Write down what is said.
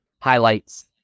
highlights